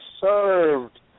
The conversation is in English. served